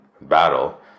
battle